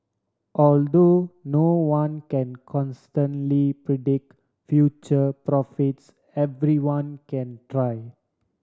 although no one can consistently predict future profits everyone can try